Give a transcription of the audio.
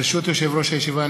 ברשות יושב-ראש הישיבה,